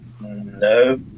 no